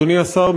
אדוני השר,